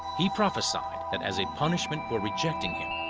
he prophesied that as a punishment for rejecting him,